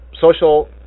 social